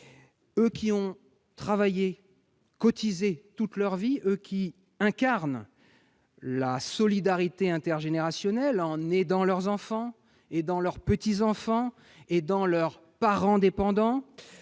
Eux qui ont travaillé, cotisé toute leur vie, eux qui incarnent la solidarité intergénérationnelle, en aidant leurs enfants, leurs petits-enfants et leurs parents dépendants,